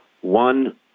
One